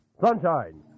Sunshine